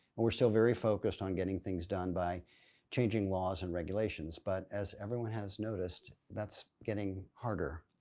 we're still very focused on getting things done by changing laws and regulations but as everyone has noticed, that's getting harder.